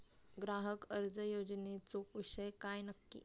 ग्राहक कर्ज योजनेचो विषय काय नक्की?